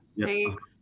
thanks